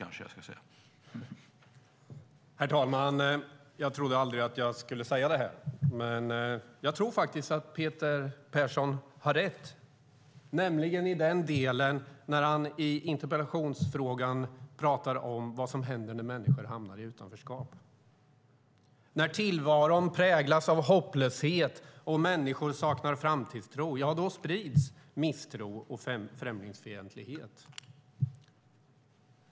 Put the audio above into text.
Herr talman! Jag trodde aldrig att jag skulle säga det här, men jag tror faktiskt att Peter Persson har rätt, nämligen i den del av interpellationen där han tar upp vad som händer när människor hamnar i utanförskap. När tillvaron präglas av hopplöshet och människor saknar framtidstro, ja då sprids misstro och främlingsfientlighet.